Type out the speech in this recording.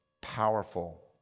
powerful